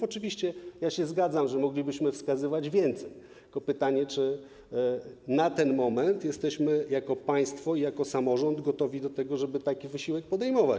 Oczywiście ja się zgadzam, że moglibyśmy wskazywać więcej, tylko pytanie, czy na ten moment jesteśmy jako państwo i jako samorząd gotowi do tego, żeby taki wysiłek podejmować.